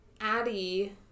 Addie